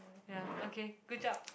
ya okay good job